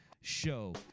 show